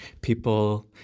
people